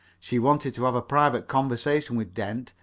she wanted to have a private conversation with dent,